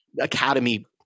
academy